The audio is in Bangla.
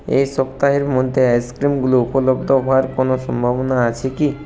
এই সপ্তাহের মধ্যে আইসক্রিমগুলো উপলব্ধ হওয়ার কোনও সম্ভাবনা আছে কি